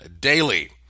Daily